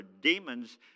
demons